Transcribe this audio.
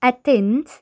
Athens